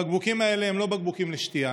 הבקבוקים האלה הם לא בקבוקים לשתייה.